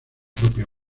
propia